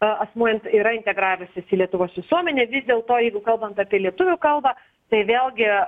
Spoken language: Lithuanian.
a asmuo int yra integravęsis į lietuvos visuomenę vis dėlto jeigu kalbant apie lietuvių kalbą tai vėlgi